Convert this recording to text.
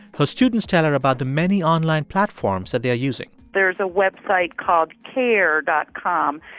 her students tell her about the many online platforms that they're using there's a website called care dot com,